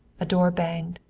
a door banged.